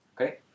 Okay